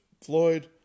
Floyd